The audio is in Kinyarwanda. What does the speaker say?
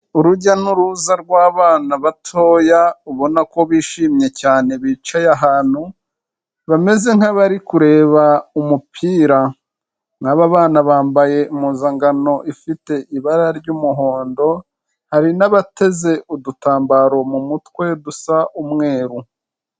Urujya n'uruza rw'abana batoya ubona ko bishimye cyane bicaye ahantu bameze nk'abari kureba umupira, n'aba bana bambaye impuzangano ifite ibara ry'umuhondo, hari n'abateze udutambaro mu mutwe dusa umweru.